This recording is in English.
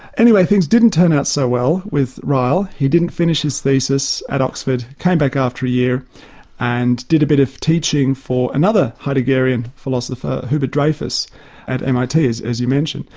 anyway things didn't turn out so well with ryle, he didn't finish his thesis at oxford, came back after a year and did a bit of teaching for another heideggerian philosopher, hubert dreyfus at mit as you mentioned.